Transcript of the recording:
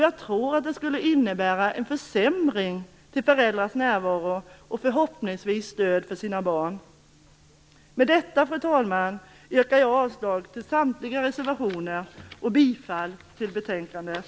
Jag tror att det skulle innebära en försämring i fråga om föräldrars närvaro och, förhoppningsvis, stöd till sina barn. Med detta, fru talman, yrkar jag avslag på samtliga reservationer och bifall till hemställan i betänkandet.